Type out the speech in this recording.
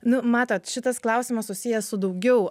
nu matot šitas klausimas susijęs su daugiau